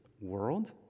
world